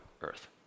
earth